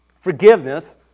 Forgiveness